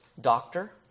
doctor